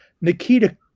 Nikita